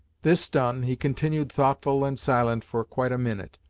this done, he continued thoughtful and silent for quite a minute,